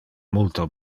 multo